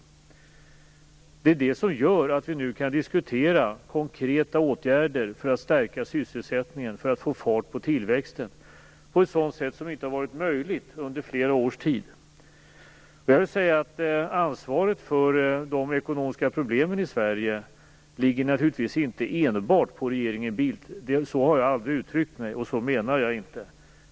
Det är det som gör att vi nu kan diskutera konkreta åtgärder för att stärka sysselsättningen och få fart på tillväxten på ett sätt som under flera års tid inte har varit möjligt. Ansvaret för de ekonomiska problemen i Sverige ligger naturligtvis inte enbart på regeringen Bildt. Så har jag aldrig uttryckt mig och så menar jag inte.